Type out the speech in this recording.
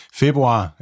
februar